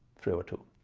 three over two.